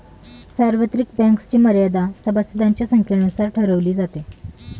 सार्वत्रिक बँक्सची मर्यादा सभासदांच्या संख्येनुसार ठरवली जाते